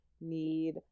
need